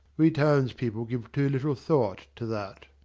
we townspeople give too little thought to that.